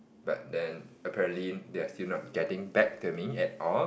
but then apparently they are still not getting back to me at all